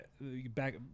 Back, –